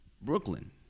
Brooklyn